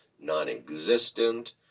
non-existent